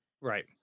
Right